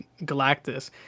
Galactus